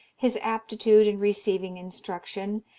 his aptitude in receiving instruction,